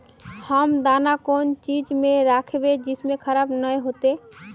हम दाना कौन चीज में राखबे जिससे खराब नय होते?